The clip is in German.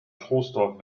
troisdorf